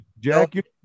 Jack